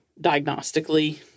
diagnostically